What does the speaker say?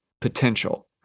potential